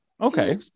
Okay